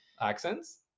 accents